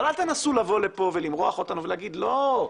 אבל אל תנסו לבוא לפה ולמרוח אותנו ולהגיד, לא,